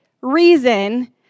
reason